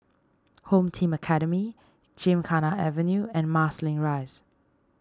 Home Team Academy Gymkhana Avenue and Marsiling Rise